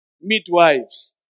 midwives